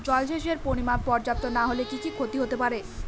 জলসেচের পরিমাণ পর্যাপ্ত না হলে কি কি ক্ষতি হতে পারে?